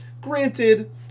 Granted